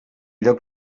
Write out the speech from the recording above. lloc